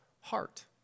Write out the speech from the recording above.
heart